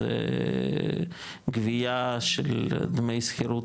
זה קביעה של דמי שכירות?